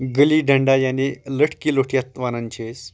گٔلی ڈنڈا یعنی لٕٹھ کی لوٚٹھ یَتھ وَنان چھ أسۍ